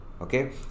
Okay